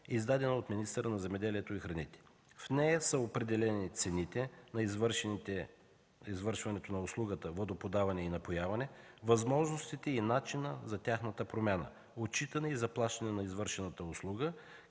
издадена от министъра на земеделието и храните. В нея са определени цените за извършването на услугата „Водоподаване и напояване”, възможностите и начина за тяхната промяна, отчитане и заплащане на извършената услуга,